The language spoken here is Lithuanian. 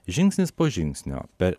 žingsnis po žingsnio per